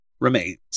remains